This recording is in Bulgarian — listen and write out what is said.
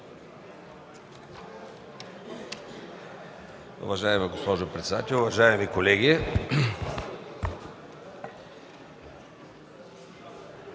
Уважаеми господин председател, уважаеми колеги